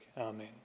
amen